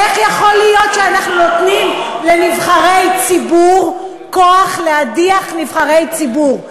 איך יכול להיות שאנחנו נותנים לנבחרי ציבור כוח להדיח נבחרי ציבור?